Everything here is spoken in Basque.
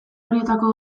horietako